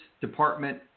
department